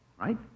Right